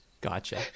Gotcha